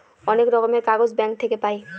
অনেক রকমের কাগজ ব্যাঙ্ক থাকে পাই